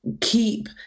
keep